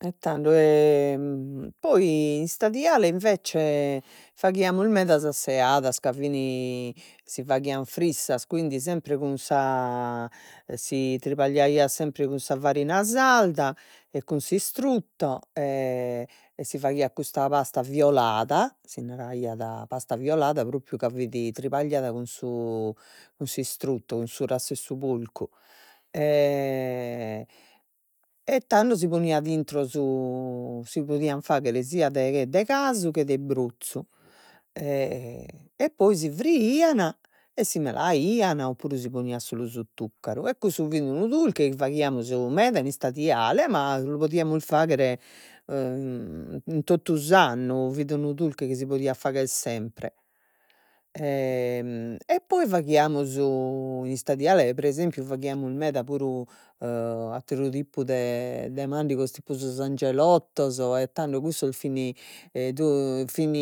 E tando poi in istadiale, invece, faghiamus meda sas seadas ca fin, si faghian frissas, quindi sempre cun sa si tribagliaiat sempre cun sa farina sarda e cun s'istrutto, e e si faghiat custa pasta violada, si naraiat pasta violada propriu ca fit tribagliada cun su cun s'istruttu, cun su rassu 'e su porcu e tando si poniat intro su, si podian fagher sia de casu che de brozzu e poi si friian, e si melaian, o puru si ponian solu su tuccaru e cussu fit unu dulche chi faghiamus meda in istadiale, ma lu podiamus fagher totu s'annu fit unu dulche chi si podiat fagher sempre e poi faghiamus in istadiale pre esempiu faghiamus meda puru atteru tipu de de mandigos, tipu sos angelottos, e tando cussos fin fin